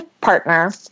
partner